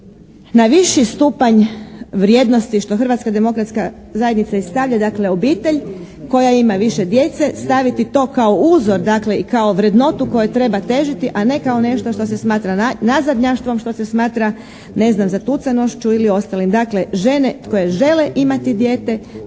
na viši stupanj vrijednosti što Hrvatska demokratska zajednica i stavlja dakle obitelj koja ima više djece. Staviti to kao uzor dakle i kao vrednotu kojoj treba težiti, a ne kao nešto što se smatra nazadnjaštvom, što se smatra ne znam zatucanošću ili ostalim. Dakle žene koje žele imati dijete